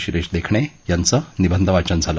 शिरीष देखणे यांचं निबंधवाचन झालं